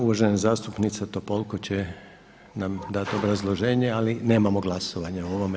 Uvažena zastupnica Topolko će nam dati obrazloženje, ali nemamo glasovanja o ovome.